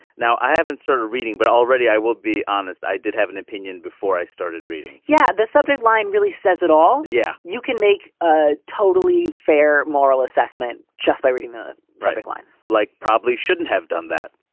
now i haven't started reading, but already i will be honest. i did have an opinion before i started reading yeah. the subject line really says it all. yeah. you can make ah totally fair moral assessment just by reading the product line like probably shouldn't have done that,